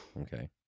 okay